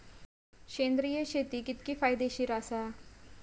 सेंद्रिय शेती कितकी फायदेशीर आसा?